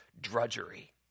drudgery